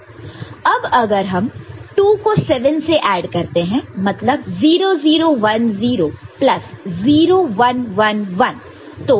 अब अगर हम 2 को 7 से ऐड करते हैं मतलब 0 0 1 0 प्लस 0 1 1 1